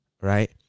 right